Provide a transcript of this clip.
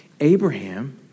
Abraham